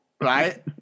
right